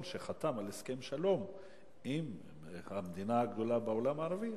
שחתם על הסכם שלום עם המדינה הגדולה בעולם הערבי,